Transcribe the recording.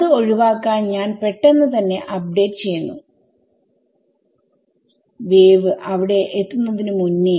അത് ഒഴിവാക്കാൻ ഞാൻ പെട്ടെന്ന് തന്നെ അപ്ഡേറ്റ് ചെയ്യുന്നു വേവ് അവിടെ എത്തുന്നതിനു മുന്നേ